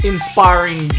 Inspiring